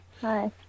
hi